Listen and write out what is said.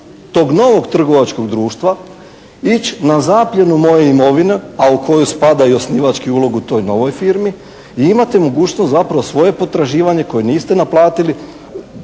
tog novog trgovačkog društva ići na zapljenu moje imovine, a u koju spada i osnivački ulog u toj novoj firmi i imate mogućnost zapravo svoje potraživanje koje niste naplatili